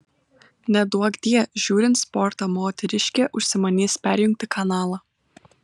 neduokdie žiūrint sportą moteriškė užsimanys perjungti kanalą